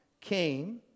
came